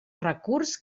recurs